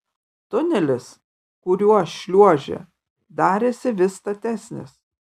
tunelis kuriuo šliuožė darėsi vis statesnis